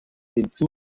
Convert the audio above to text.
hinzu